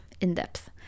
in-depth